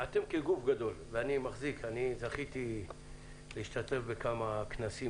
אתם כגוף גדול, ואני זכיתי להשתתף בכמה כנסים